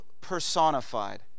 personified